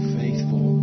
faithful